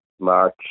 March